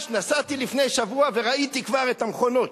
נסעתי ממש לפני שבוע וראיתי כבר את המכונות,